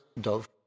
Dove